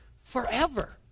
Forever